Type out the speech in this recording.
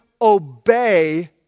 obey